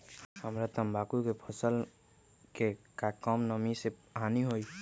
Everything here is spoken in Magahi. हमरा तंबाकू के फसल के का कम नमी से हानि होई?